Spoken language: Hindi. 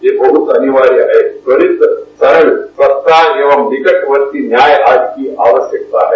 यह बहुत अनिवार्य है त्वरित सरल सस्ता व निकटवर्ती न्याय आदि की आवश्यकता है